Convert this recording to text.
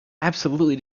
absolutely